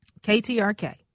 KTRK